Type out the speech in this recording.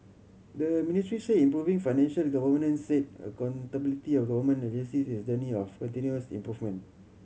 the Ministry said improving financial governance and accountability of government agencies is a journey of continuous improvement